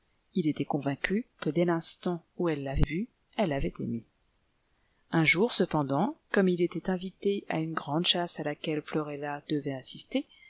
il était convaincu que dès l'instant où elle l'avait vu elle l'avait aimé un jour cependant comme il était invité à une grande chasse à laquelle florella devait assister